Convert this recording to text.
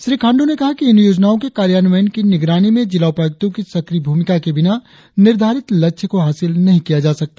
श्री खांडू ने कहा कि इन योजनाओं के कार्यान्वयन की निगरानी में जिला उपायुक्तों की सक्रिय भूमिका के बिना निर्धारित लक्ष्य को हासिल नही किया जा सकता